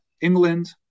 England